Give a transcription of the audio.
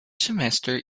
semester